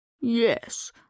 Yes